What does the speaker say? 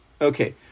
Okay